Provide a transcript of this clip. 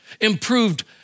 improved